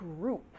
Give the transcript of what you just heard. group